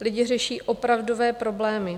Lidi řeší opravdové problémy.